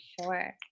sure